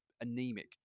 anemic